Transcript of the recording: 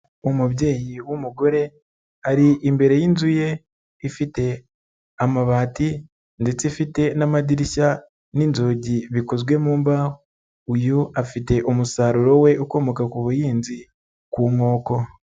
Umubyeyi w'umugore ari imbere y'inzu ye ifite amabati ndetse ifite n'amadirishya n'inzugi bikozwe mu mbaho, uyu afite umusaruro we ukomoka ku buhinzi ku nkoko.